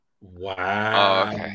Wow